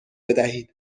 بدهید